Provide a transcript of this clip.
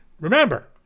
Remember